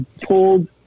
pulled